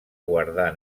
guardar